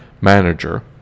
manager